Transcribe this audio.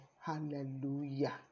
Hallelujah